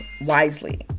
wisely